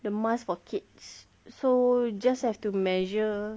the mask for kids so just have to measure